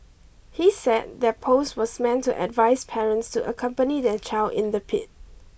he said their post was meant to advise parents to accompany their child in the pit